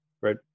Right